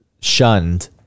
shunned